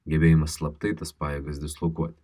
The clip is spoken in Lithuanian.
gebėjimą slaptai tas pajėgas dislokuoti